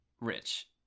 rich